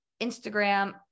Instagram